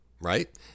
right